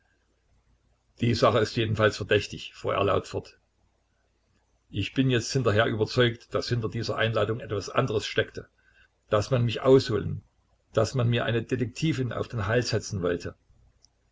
die sache ist jedenfalls verdächtig fuhr er laut fort ich bin jetzt hinterher überzeugt daß hinter dieser einladung etwas anderes steckte daß man mich ausholen daß man mir eine detektivin auf den hals hetzen wollte